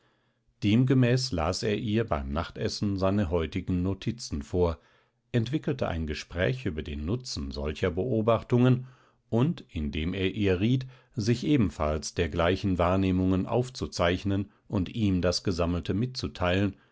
demgemäß las er ihr beim nachtessen seine heutigen notizen vor entwickelte ein gespräch über den nutzen solcher beobachtungen und indem er ihr riet sich ebenfalls dergleichen wahrnehmungen aufzuzeichnen und ihm das gesammelte mitzuteilen